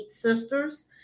sisters